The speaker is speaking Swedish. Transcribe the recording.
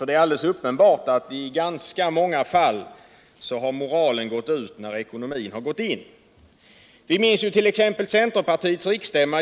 Det är alldeles uppenbart att i ganska många fall har moralen gått ut när ekonomin har gått in.